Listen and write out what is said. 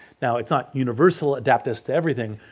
now, it's not universal adaptives to everything,